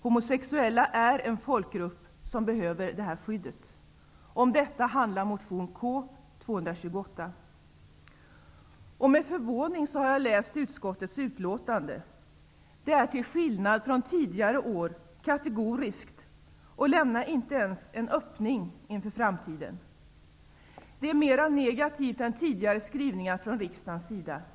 Homosexuella är en folkgrupp som behöver detta skydd! Om detta handlar motion K228. Med förvåning har jag läst utskottets utlåtande. Det är till skillnad från tidigare år kategoriskt och lämnar inte ens en öppning inför framtiden. Skrivningarna är mer negativa än tidigare från riksdagens sida.